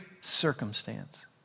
circumstance